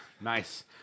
Nice